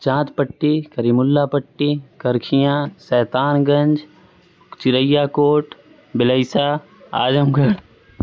چاند پٹی کریم اللہ پٹی کرکھیاؤں شیطان گنج چریا کوٹ بلیسا اعظم گھڑھ